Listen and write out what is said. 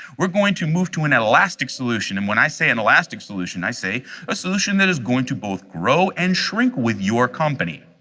we're going to move to an elastic solution, and when i say an elastic solution, i say a solution that is going to both grow and shrink with your company.